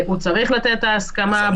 הוא צריך לתת את ההסכמה.